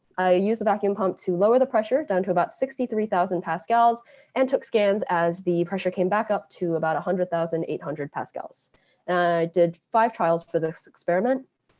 i use the vacuum pump to lower the pressure down to about sixty three thousand pascals and took scans as the pressure came back up to about one hundred thousand eight hundred pascals. i did five trials for this experiment.